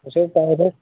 नोंसोर गाबोन फै